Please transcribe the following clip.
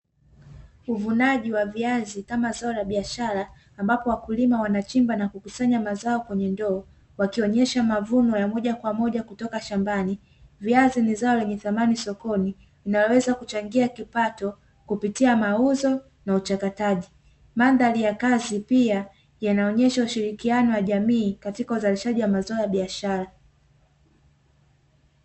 Uvunaji wa viazi kama zao la biashara ambapo wakulima wanachimba na kukusanya mazao kwenye ndoo, wakionesha mavuno ya moja kwa moja kutoka shambani. Viazi ni zao lenye thamani sokoni, na linaweza kuchangia kipato kupitia mauzo na uchakataji. Mandhari ya kazi pia yanaonesha ushirikiano wa jamii, katika uzalishaji wa mazao ya biashara.